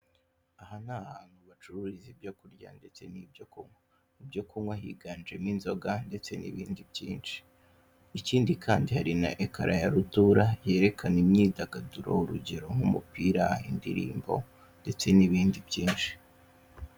Aha ni ahantu bacururiza ibyo kurya ndetse n'ibyo kunywa, mu byo kunywa higanjemo inzoga ndetse n'ibindi byinshi, ikindi kandi hari na Ekara yarutura yerekana imyidagaduro urugero: nk'umupira, indirimbo ndetse n'ibindi byinshi.